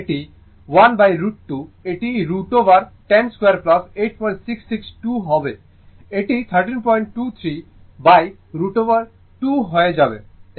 সুতরাং এটি 1√ 2 এটি √ওভার10 2 866 2 হবে এটি 1323√ 2 হয়ে যাবে